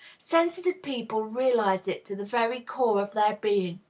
sensitive people realize it to the very core of their being.